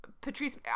Patrice